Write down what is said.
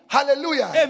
Hallelujah